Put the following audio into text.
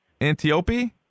Antiope